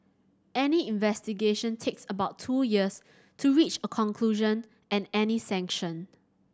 any investigation takes about two years to reach a conclusion and any sanction